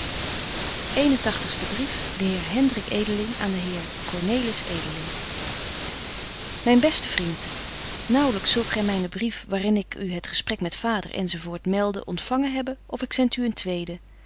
brief de heer hendrik edeling aan den heer cornelis edeling myn beste vriend naauwlyks zult gy mynen brief waar in ik u het gesprek met vader enz meldde ontfangen hebben of ik zend u een tweden